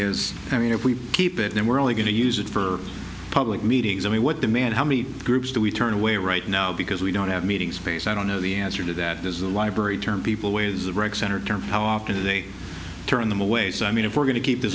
is i mean if we keep it and we're only going to use it for public meetings i mean what demand how many groups do we turn away right now because we don't have a meeting space i don't know the answer to that is the library term people ways of rec center term how often do they turn them away so i mean if we're going to keep th